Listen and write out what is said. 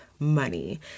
Money